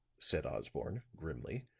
said osborne, grimly.